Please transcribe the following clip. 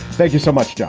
thank you so much, john.